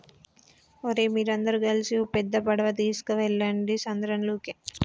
ఓరై మీరందరు గలిసి ఓ పెద్ద పడవ ఎసుకువెళ్ళండి సంద్రంలోకి